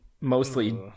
mostly